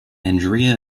andrea